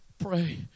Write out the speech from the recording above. pray